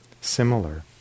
similar